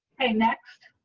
hey next